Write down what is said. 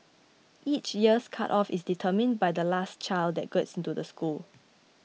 each year's cut off is determined by the last child that gets into the school